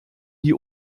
die